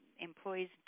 employees